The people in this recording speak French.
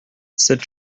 cette